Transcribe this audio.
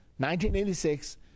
1986